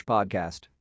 Podcast